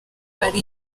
hari